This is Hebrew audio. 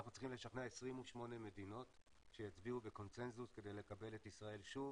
אנחנו צריכים לשכנע 28 מדינות שיצביעו בקונצנזוס כדי לקבל את ישראל שוב.